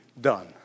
done